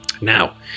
now